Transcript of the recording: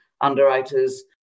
underwriters